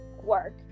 work